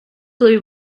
blew